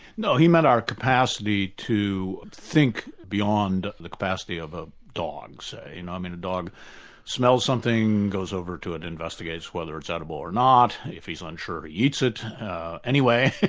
no, he meant our capacity to think beyond the capacity of a dog, say. i ah mean a dog smells something, goes over to it, investigates whether it's edible or not. if he's unsure, he eats it anyway,